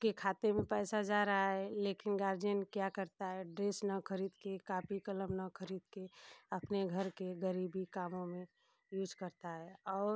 के खाते में पैसा जा रहा है लेकिन गार्जियन क्या करता है ड्रेस न खरीद कर कापी कलम न खरीद कर अपने घर के गरीबी कामों में यूज़ करता है और